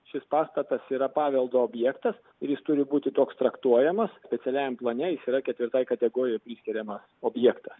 šis pastatas yra paveldo objektas ir jis turi būti toks traktuojamas specialiajam plane jis yra ketvirtai kategorijai priskiriamas objektas